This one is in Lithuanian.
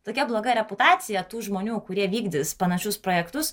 tokia bloga reputacija tų žmonių kurie vykdys panašius projektus